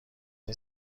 این